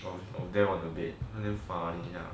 of them on the bed damn funny ya